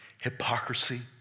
hypocrisy